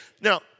Now